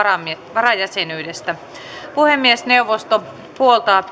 varajäsenyydestä puhemiesneuvosto puoltaa